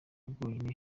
bwonyine